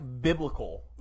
biblical